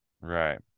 Right